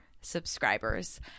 subscribers